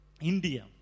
India